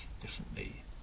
differently